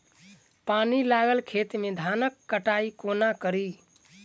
पानि लागल खेत मे धान केँ कटाई कोना कड़ी?